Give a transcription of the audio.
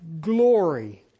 glory